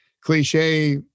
cliche